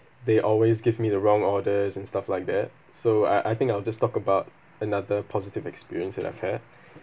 they always give me the wrong orders and stuff like that so I I think I'll just talk about another positive experience that I've had